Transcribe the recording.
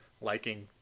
liking